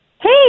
Hey